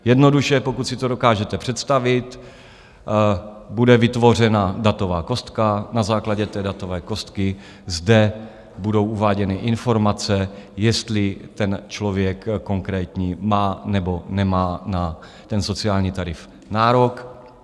Jednoduše, pokud si to dokážete představit, bude vytvořena datová kostka, na základě té datové kostky zde budou uváděny informace, jestli ten konkrétní člověk má, nebo nemá na sociální tarif nárok.